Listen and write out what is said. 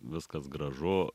viskas gražu